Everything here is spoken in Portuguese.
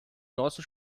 nosso